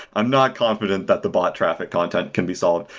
i'm not confident that the bot traffic content can be solved,